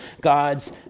God's